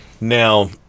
Now